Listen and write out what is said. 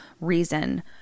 reason